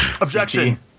Objection